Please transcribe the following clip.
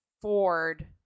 Ford